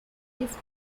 was